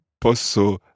posso